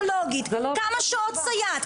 פסיכולוגית, כמה שעות סייעת?